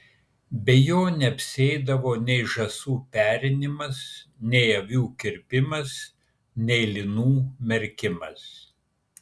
be jo neapsieidavo nei žąsų perinimas nei avių kirpimas nei linų merkimas